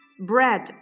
Bread